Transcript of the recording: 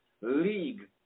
League